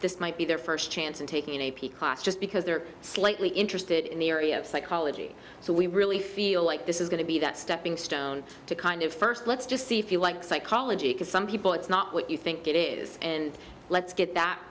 this might be their first chance in taking an a p class just because they're slightly interested in the area of psychology so we really feel like this is going to be that stepping stone to kind of first let's just see if you like psychology can some people it's not what you think it is and let's get that